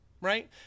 right